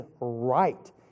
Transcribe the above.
right